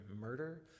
murder